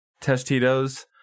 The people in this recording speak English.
Testitos